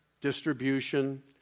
distribution